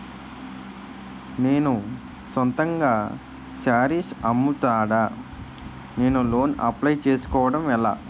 నేను సొంతంగా శారీస్ అమ్ముతాడ, నేను లోన్ అప్లయ్ చేసుకోవడం ఎలా?